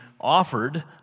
offered